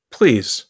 Please